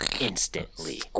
instantly